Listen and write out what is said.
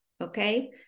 okay